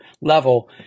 level